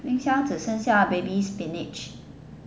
冰箱只剩下 baby spinach